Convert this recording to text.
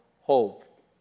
hope